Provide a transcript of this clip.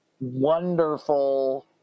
wonderful